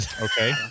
Okay